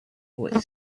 boy